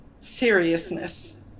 seriousness